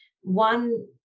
one